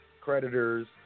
creditors